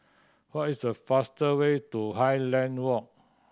what is the faster way to Highland Walk